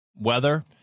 weather